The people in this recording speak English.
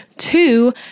two